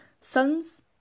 sons